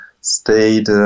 stayed